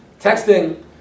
Texting